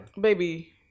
Baby